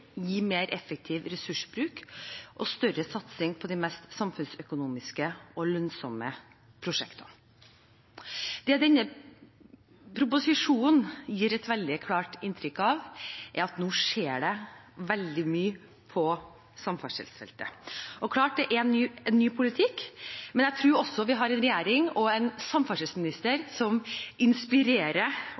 gi mer effektiv ressursbruk og større satsing på de mest samfunnsøkonomiske og lønnsomme prosjektene. Det denne proposisjonen gir et veldig klart inntrykk av, er at nå skjer det veldig mye på samferdselsfeltet. Det er klart at det er en ny politikk, men jeg tror også vi har en regjering og en samferdselsminister som inspirerer